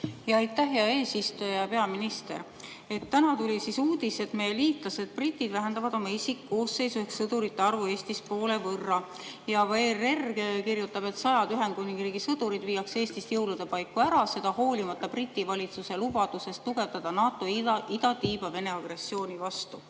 Aitäh, hea eesistuja! Hea peaminister! Täna tuli uudis, et meie liitlased britid vähendavad oma isikkoosseisu ehk sõdurite arvu Eestis poole võrra. Ka ERR kirjutab, et sajad Ühendkuningriigi sõdurid viiakse Eestist jõulude paiku ära, seda hoolimata Briti valitsuse lubadusest tugevdada NATO idatiiba Vene agressiooni vastu.